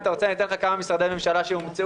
אם אתה רוצה אתן לך כמה משרדי ממשלה שהומצאו